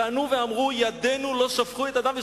וענו ואמרו, ידינו לא שפכו את הדם.